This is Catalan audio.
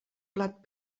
plat